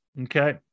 Okay